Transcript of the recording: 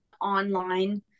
online